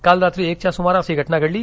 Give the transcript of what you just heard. काल रात्री एक च्या सुमारास ही घटना घडली